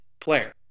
player